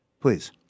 Please